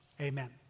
Amen